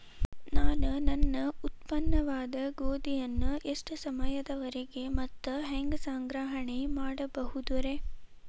ನಾನು ನನ್ನ ಉತ್ಪನ್ನವಾದ ಗೋಧಿಯನ್ನ ಎಷ್ಟು ಸಮಯದವರೆಗೆ ಮತ್ತ ಹ್ಯಾಂಗ ಸಂಗ್ರಹಣೆ ಮಾಡಬಹುದುರೇ?